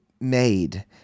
made